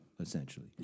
essentially